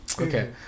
okay